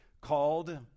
called